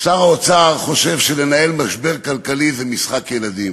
שר האוצר חושב שלנהל משבר כלכלי זה משחק ילדים.